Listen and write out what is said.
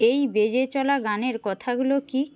এই বেজে চলা গানের কথাগুলো কি